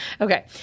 Okay